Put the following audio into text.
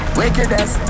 wickedness